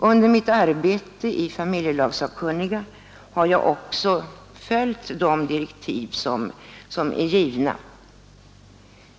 I mitt arbete i familjelagssakkunniga har jag också följt de direktiv som är givna.